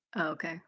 Okay